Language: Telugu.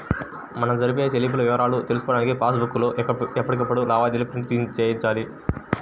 మనం జరిపే చెల్లింపుల వివరాలను తెలుసుకోడానికి పాస్ బుక్ లో ఎప్పటికప్పుడు లావాదేవీలను ప్రింట్ చేయించాలి